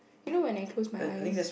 you know when I close my eyes